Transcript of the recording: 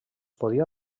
podia